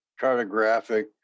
cartographic